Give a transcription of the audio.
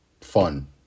fun